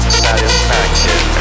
satisfaction